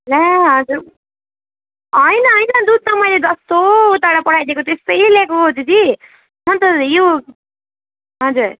ला आज होइन होइन दुध त मैले जस्तो उताबाट पठाइदिएको त्यस्तै ल्याएको हो दिदी अन्त यो हजुर